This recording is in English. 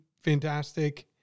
fantastic